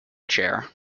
chair